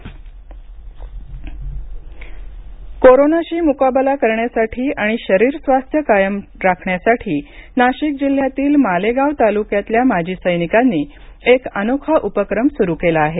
कवायती नाशिक कोरोनाशी मुकाबला करण्यासाठी आणि शरीरस्वास्थ्य कायम राखण्यासाठी नाशिक जिल्ह्यातील मालेगाव तालुक्यातल्या माजी सैनिकांनी एक अनोखा उपक्रम सुरू केला आहे